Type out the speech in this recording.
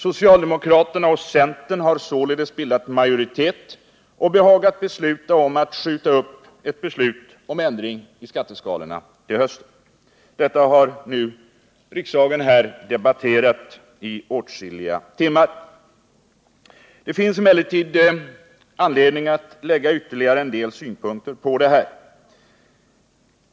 Socialdemokraterna och centern har således bildat majoritet och behagat besluta om att skjuta upp ett beslut om ändring i skatteskalorna till hösten. Detta har nu riksdagen debatterat i åtskilliga timmar. Det finns emellertid anledning att lägga en del synpunkter på frågan.